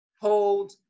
hold